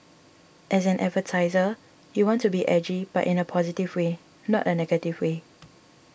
as an advertiser you want to be edgy but in a positive way not a negative way